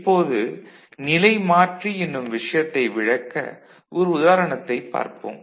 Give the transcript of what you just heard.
இப்போது நிலைமாற்றி எனும் விஷயத்தை விளக்க ஒரு உதாரணத்தைப் பார்ப்போம்